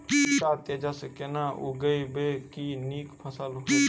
पूसा तेजस केना उगैबे की नीक फसल हेतइ?